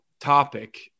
topic